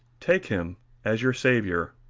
take him as your saviour.